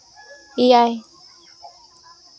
ᱮᱭᱟᱭ